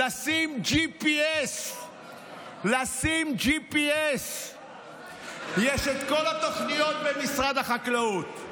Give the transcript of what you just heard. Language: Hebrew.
ולשים GPS. יש את כל התוכניות במשרד החקלאות,